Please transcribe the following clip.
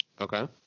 Okay